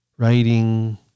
Writing